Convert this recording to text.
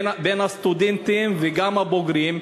בין הסטודנטים וגם הבוגרים,